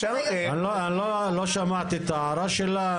אני לא שמעתי את ההערה שלה.